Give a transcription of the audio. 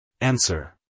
Answer